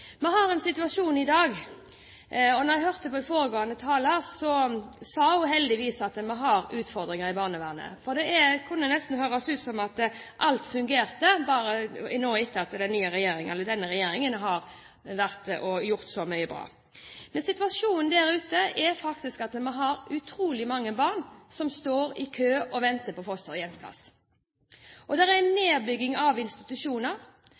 jeg hørte på foregående taler, sa hun heldigvis at vi har utfordringer i barnevernet. Det kunne nesten høres ut som om alt fungerte nå etter at denne regjeringen har gjort så mye bra. Men situasjonen der ute er faktisk at vi har utrolig mange barn som står i kø og venter på fosterhjemsplass. Det er nedbygging av institusjoner på grunn av